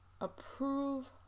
Approve